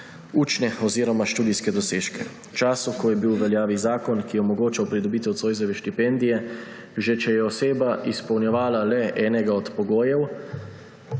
učne oziroma študijske dosežke. V času, ko je bil v veljavi zakon, ki je omogočal pridobitev Zoisove štipendije, že če je oseba izpolnjevala le enega od pogojev,